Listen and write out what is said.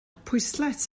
pwyslais